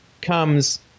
comes